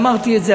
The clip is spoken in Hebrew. אמרתי את זה,